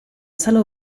sala